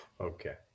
Okay